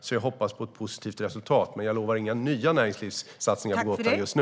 Jag hoppas alltså på ett positivt resultat, men jag lovar inga nya näringslivssatsningar på Gotland just nu.